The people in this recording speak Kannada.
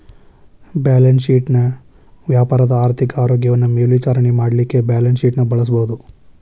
ಬ್ಯಾಲೆನ್ಸ್ ಶೇಟ್ ವ್ಯಾಪಾರದ ಆರ್ಥಿಕ ಆರೋಗ್ಯವನ್ನ ಮೇಲ್ವಿಚಾರಣೆ ಮಾಡಲಿಕ್ಕೆ ಬ್ಯಾಲನ್ಸ್ಶೇಟ್ ಬಳಸಬಹುದು